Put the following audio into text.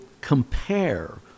compare